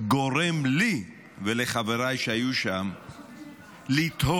גורם לי ולחבריי שהיו שם לתהות